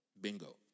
Bingo